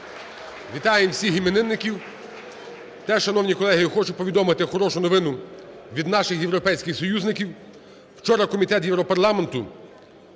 Вітаємо всіх іменників. Теж, шановні колеги, я хочу повідомити хорошу новину від наших європейських союзників. Вчора комітет Європарламенту